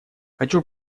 хочу